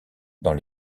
dans